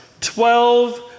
Twelve